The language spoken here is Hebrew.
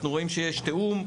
אנחנו רואים שיש תיאום ,